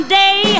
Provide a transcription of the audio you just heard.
day